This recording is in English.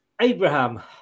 Abraham